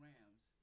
Rams